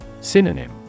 Synonym